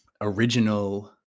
original